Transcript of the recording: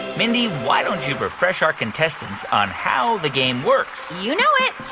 mindy, why don't you refresh our contestants on how the game works? you know it.